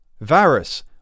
Varus